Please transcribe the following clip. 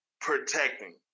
protecting